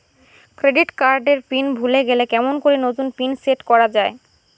Credit card এর pin ভুলে গেলে কেমন করি নতুন পিন সেট করা য়ায়?